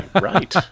right